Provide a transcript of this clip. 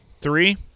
three